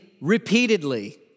repeatedly